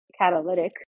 catalytic